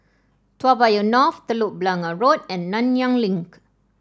Toa Payoh North Telok Blangah Road and Nanyang Link